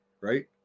right